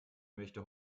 möchte